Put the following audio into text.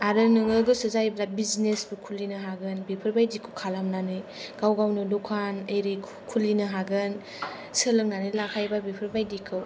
आरो नोङो गोसो जायोब्ला बिजनेसबो खुलिनो हागोन बेफोरबादिखौ खालामनानै गाव गावनो दखान इरि खुलिनो हागोन सोलोंनानै लाखायोब्ला बेफोरबादिखौ